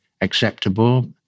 acceptable